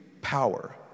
power